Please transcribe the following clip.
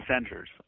centers